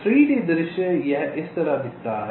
तो 3D दृश्य यह इस तरह दिखता है